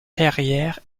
perrière